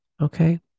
okay